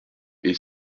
est